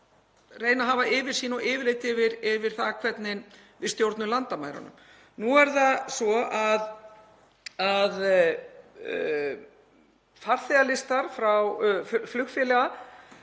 reyna að hafa yfirsýn og yfirlit yfir það hvernig við stjórnum landamærunum. Nú er það svo að ekki hafa öll flugfélög